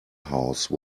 house